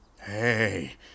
Hey